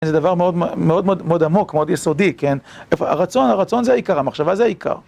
זה דבר מאוד מאוד עמוק, מאוד יסודי, כן, הרצון, הרצון זה העיקר, המחשבה זה העיקר.